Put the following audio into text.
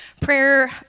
prayer